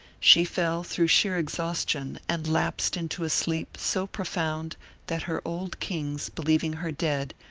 she fell through sheer exhaustion, and lapsed into a sleep so profound that her old kings, believing her dead,